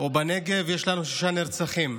בנגב יש לנו שישה נרצחים.